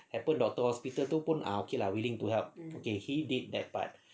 happen doctor hospital tu pun ah okay lah willing to help okay he did that part